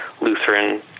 Lutheran